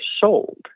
sold